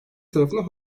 tarafından